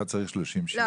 אחד צריך 30 שיעורים.